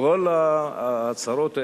כל ההצהרות האלה,